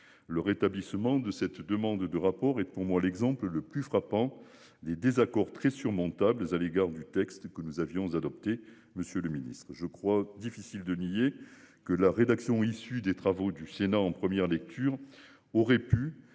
Le rétablissement de cette demande de rapport et pour moi, l'exemple le plus frappant des désaccords très surmontable à l'égard du texte que nous avions adopté. Monsieur le Ministre, je crois. Difficile de nier que la rédaction issue des travaux du Sénat en première lecture aurait pu